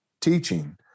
teaching